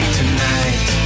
tonight